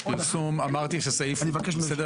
יש להם מעמד כדין לכל דבר